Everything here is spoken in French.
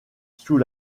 sous